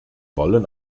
wollen